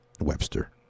Webster